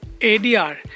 ADR